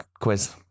quiz